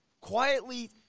quietly